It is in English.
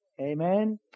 Amen